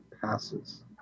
passes